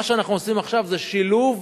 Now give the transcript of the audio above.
מה שאנחנו עושים עכשיו זה שילוב